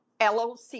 LOC